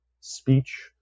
speech